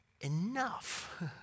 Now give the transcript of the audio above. enough